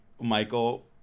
Michael